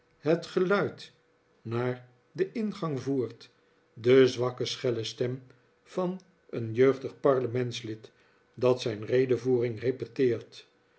het geluid naar den ingang voert de zwakke schelle stem van een jeugdig parlementslid dat zijn redeyoering repeteert